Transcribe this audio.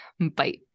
Bye